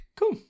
Cool